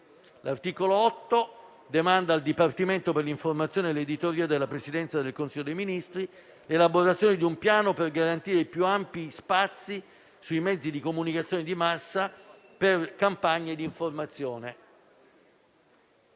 L'articolo 8 demanda al Dipartimento per l'informazione e l'editoria della Presidenza del Consiglio dei ministri l'elaborazione di un piano per garantire i più ampi spazi sui mezzi di comunicazione di massa per campagne di informazione,